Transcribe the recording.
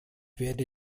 werde